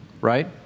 right